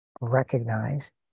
recognize